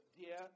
Dear